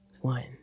One